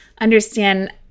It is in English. understand